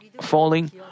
falling